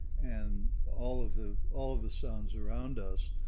and all of the all of the sounds around us.